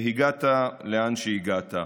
הגעת לאן שהגעת.